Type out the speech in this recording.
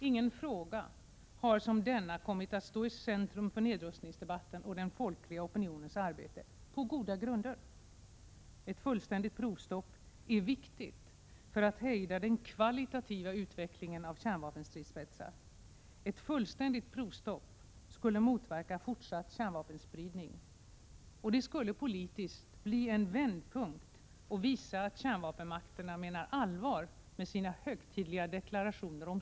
Ingen fråga har som denna kommit att stå i centrum för nedrustningsdebatten och den folkliga opinionens arbete — på goda grunder. Ett fullständigt provstopp är viktigt för att hejda den kvalitiativa utvecklingen av kärnstridsspetsar. Ett fullständigt provstopp skulle motverka fortsatt kärnvapenspridning. Det skulle politiskt bli en vändpunkt och visa att kärnvapenmakterna menar allvar med sina högtidliga deklarationer om = Prot.